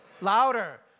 Louder